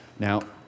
Now